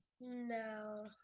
no